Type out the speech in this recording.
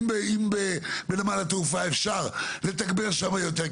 אם בנמל התעופה אפשר לתגבר שם יותר,